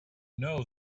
know